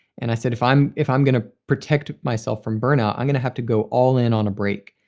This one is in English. and i said, if i'm if i'm going to protect myself from burnout, i'm going to have to go all in on a break.